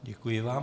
Děkuji vám.